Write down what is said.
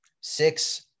six